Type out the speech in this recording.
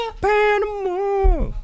Panama